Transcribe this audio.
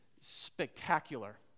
spectacular